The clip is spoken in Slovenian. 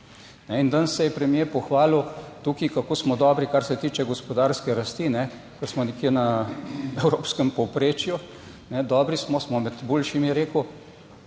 In danes se je premier pohvalil tukaj, kako smo dobri, kar se tiče gospodarske rasti, ker smo nekje na evropskem povprečju. Dobri smo, smo med boljšimi, je rekel.